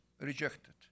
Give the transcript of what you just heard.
rejected